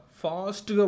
fast